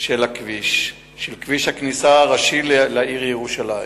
של כביש הכניסה הראשי לעיר ירושלים.